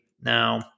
Now